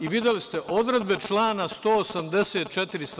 Videli ste, odredbe člana 184.